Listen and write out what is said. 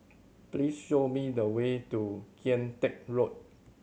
please show me the way to Kian Teck Road